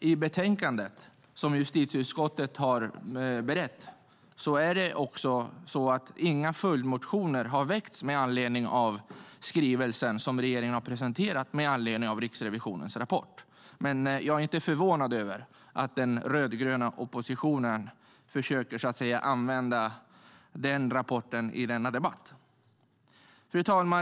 det betänkande som justitieutskottet har berett har inga följdmotioner väckts med anledning av den skrivelse som regeringen har presenterat med anledning av Riksrevisionens rapport. Jag är dock inte förvånad över att den rödgröna oppositionen försöker använda rapporten i denna debatt. Fru talman!